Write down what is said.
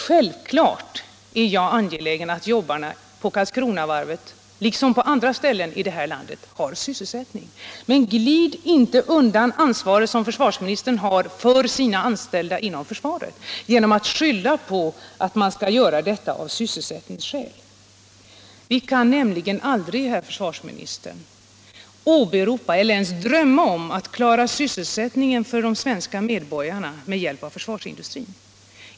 Självfallet är jag angelägen om att jobbarna på Karlskronavarvet liksom på andra ställen i det här landet har sysselsättning, med glid inte undan ansvaret som försvarsministern har för sina anställda inom försvaret genom att skylla på att man skall göra denna utbildning av sysselsättningsskäl! Vi kan nämligen aldrig, herr försvarsminister, åberopa sysselsättningsskäl eller ens drömma om att kunna klara hela sysselsättningen för de svenska medborgarna genom försvarsindustrin.